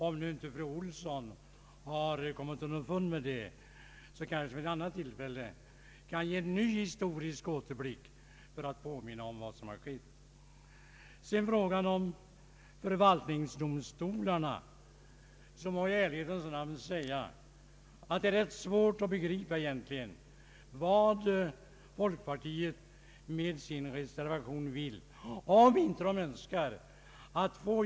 Om fru Olsson inte kommit underfund med detta, kan jag kanske vid ett annat tillfälle ge en ny historisk återblick för att påminna om vad som har skett. Beträffande förvaltningsdomstolarna vill jag i ärlighetens namn säga att det är ganska svårt att begripa vad folkpartiet egentligen vill med sin reservation.